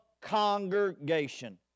congregation